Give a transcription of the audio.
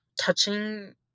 touching